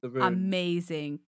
amazing